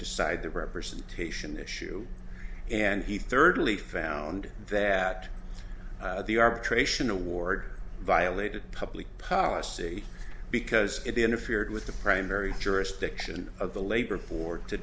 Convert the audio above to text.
decide the representation issue and he thirdly found that the arbitration award violated public policy because it interfered with the primary jurisdiction of the labor force to